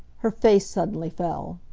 her face suddenly fell.